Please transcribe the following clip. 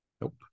nope